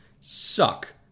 suck